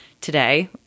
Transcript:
today